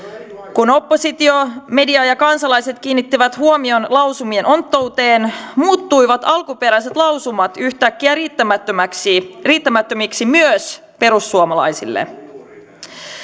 kun oppositio media ja kansalaiset kiinnittivät huomion lausumien onttouteen muuttuivat alkuperäiset lausumat yhtäkkiä riittämättömiksi riittämättömiksi myös perussuomalaisille